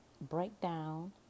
Breakdown